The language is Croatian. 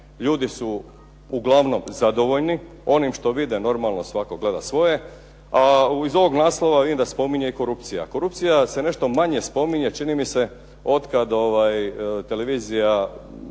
ljudi su uglavnom zadovoljni onim što vide, normalno svatko gleda svoje a iz ovog naslova vidim da se spominje i korupcija. Korupcija se nešto manje spominje čini mi se od kad televizija